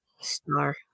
star